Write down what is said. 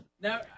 Now